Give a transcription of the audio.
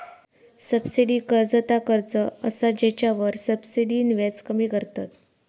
subsidy कर्ज ता कर्ज असा जेच्यावर सब्सिडीन व्याज कमी करतत